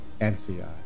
NCI